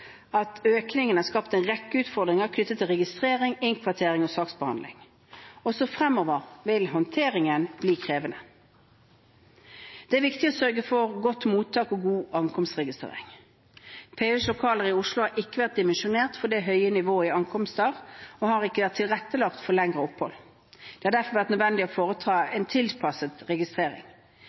at økningen har skapt en rekke utfordringer knyttet til registrering, innkvartering og saksbehandling. Også fremover vil håndteringen bli krevende. Det er viktig å sørge for godt mottak og god ankomstregistrering. PUs lokaler i Oslo har ikke vært dimensjonert for det høye nivået i ankomster og har ikke vært tilrettelagt for lengre opphold. Det har derfor vært nødvendig å foreta en tilpasset registrering.